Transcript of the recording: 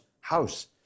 house